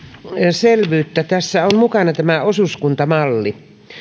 selvyyttä tässä on mukana tämä osuuskuntamalli